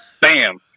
bam